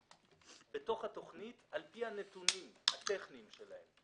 בתוך התוכנית על פי הנתונים הטכניים שלהם.